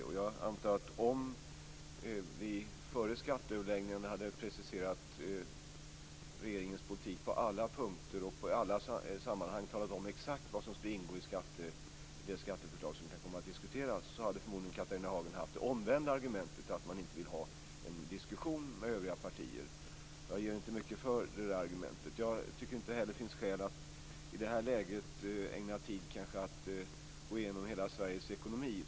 Jag antar att om vi före skatteöverläggningarna hade preciserat regeringens politik på alla punkter och i alla sammanhang hade talat om exakt vad som skulle ingå i det skatteförslag som kan komma att diskuteras, hade Catharina Hagen förmodligen haft det omvända argumentet att man inte vill ha en diskussion med övriga partier. Jag ger inte mycket för det argumentet. Jag tycker inte att det finns skäl att i det här läget ägna tid åt att gå igenom hela Sveriges ekonomi.